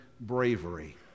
bravery